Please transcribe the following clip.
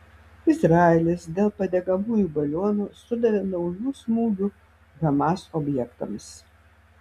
izraelis dėl padegamųjų balionų sudavė naujų smūgių hamas objektams